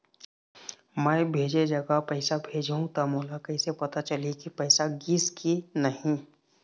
मैं भेजे जगह पैसा भेजहूं त मोला कैसे पता चलही की पैसा गिस कि नहीं?